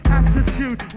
attitude